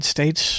States